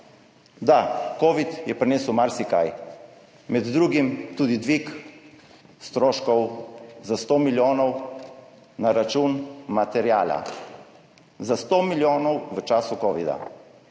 Da, covid je prinesel marsikaj, med drugim tudi dvig stroškov za 100 milijonov na račun materiala. Za 100 milijonov v času covida.